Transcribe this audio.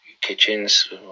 kitchens